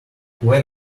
when